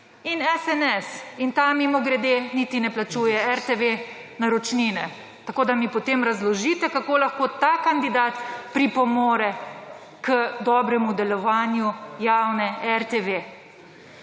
in SNS, in ta mimogrede niti ne plačuje RTV naročnine, tako da mi potem razložite, kako lahko ta kandidat pripomore k dobremu delovanju javne RTV.